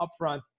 upfront